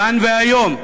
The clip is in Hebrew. כאן והיום.